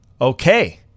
Okay